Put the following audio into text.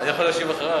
לא,